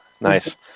Nice